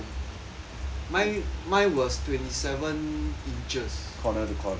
mine mine was twenty seven inches corner to corner